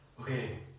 okay